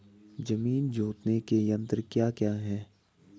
जमीन जोतने के यंत्र क्या क्या हैं?